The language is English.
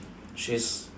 she's